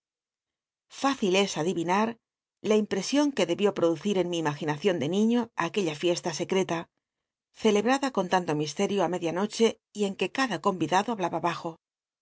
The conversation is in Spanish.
adi inar la imprcsion que debió woducir en mi imaginacion de niño aquella fiesta secreta celebrada con tanto misterio ü med ia noche y en que cada conridado hablaba bajo